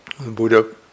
Buddha